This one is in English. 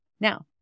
Now